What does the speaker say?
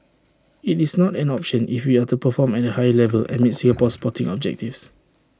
IT is not an option if we are to perform at A higher level and meet Singapore's sporting objectives